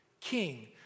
king